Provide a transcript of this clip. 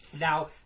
Now